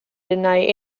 deny